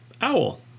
owl